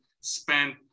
spent